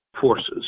forces